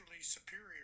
superior